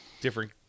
Different